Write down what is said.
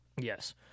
Yes